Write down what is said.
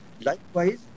Likewise